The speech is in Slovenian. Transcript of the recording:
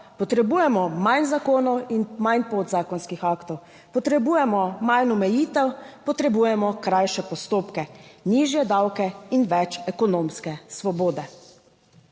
potrebujemo manj zakonov in manj podzakonskih aktov, potrebujemo manj omejitev, potrebujemo krajše postopke, nižje davke in več ekonomske svobode.